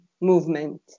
movement